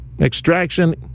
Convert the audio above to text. extraction